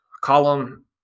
column